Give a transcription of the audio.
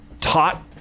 taught